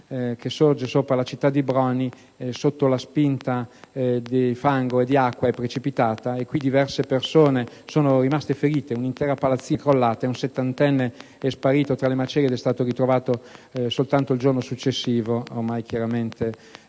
che sorge sopra la città di Broni, sotto la spinta di fango e acqua, è precipitata. In quel frangente, diverse persone sono rimaste ferite, un'intera palazzina è crollata ed un settantenne è sparito tra le macerie ed è stato ritrovato solo il giorno successivo, ormai deceduto.